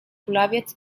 kulawiec